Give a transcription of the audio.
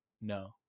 no